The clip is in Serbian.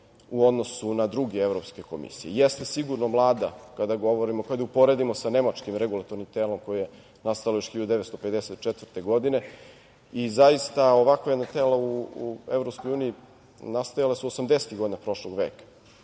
u odnosu na druge evropske komisije. Jeste sigurno mlada kada je uporedimo sa nemačkim regulatornim telom koji je nastalo još 1954. godine, i zaista ovakva jedna tela u EU nastajala su 1980. godine prošlog veka,